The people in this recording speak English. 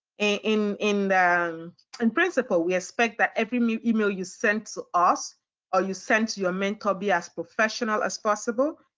in in um and principle, we expect that every new email you send to us or you send to your mentor be as professional as possible.